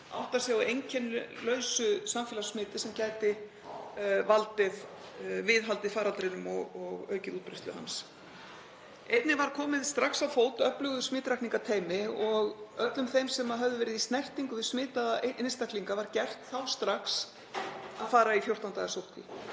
átta sig á einkennalausu samfélagssmiti sem gæti viðhaldið faraldrinum og aukið útbreiðslu hans. Einnig var komið strax á fót öflugu smitrakningarteymi og öllum þeim sem höfðu verið í snertingu við smitaða einstaklinga var gert þá strax að fara í 14 daga sóttkví.